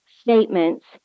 statements